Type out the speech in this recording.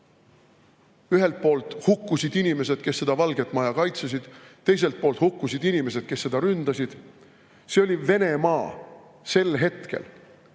Ühelt poolt hukkusid inimesed, kes seda Valget Maja kaitsesid, teiselt poolt hukkusid inimesed, kes seda ründasid. See oli Venemaa sel hetkel.